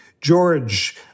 George